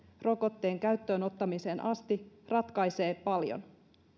rokotteen käyttöönottamiseen asti ratkaisee paljon